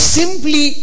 simply